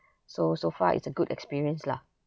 so so far it's a good experience lah